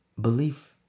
Belief